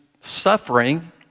suffering